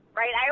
right